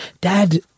dad